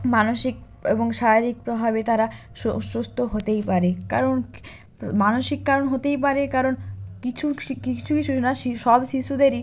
মানসিক এবং শারীরিক প্রভাবে তারা সুস্ত হতেই পারে কারণ মানসিক কারণ হতেই পারে কারণ কিছু কিছুই শিশু না শি সব শিশুদেরই